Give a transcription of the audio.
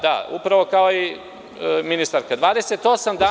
Da, upravo kao i ministarka.